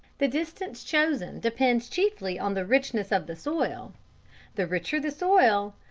the distance chosen depends chiefly on the richness of the soil the richer the soil,